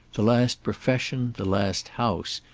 the last profession, the last house,